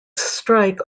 strike